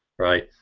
right?